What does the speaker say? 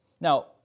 Now